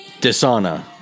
Dishonor